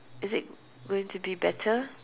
is it going to be better